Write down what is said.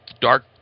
dark